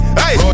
hey